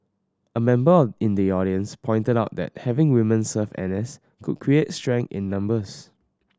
a member in the audience pointed out that having woman serve N S could create strength in numbers